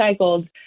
recycled